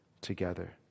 together